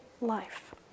life